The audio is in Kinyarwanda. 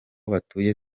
batuye